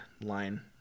line